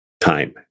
time